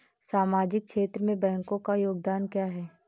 सामाजिक क्षेत्र में बैंकों का योगदान क्या है?